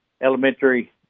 elementary